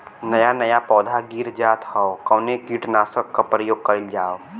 नया नया पौधा गिर जात हव कवने कीट नाशक क प्रयोग कइल जाव?